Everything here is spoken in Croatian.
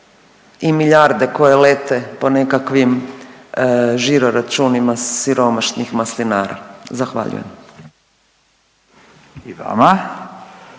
i milijarde koje lete po nekakvim žiro računima siromašnih maslinara. Zahvaljujem. **Radin,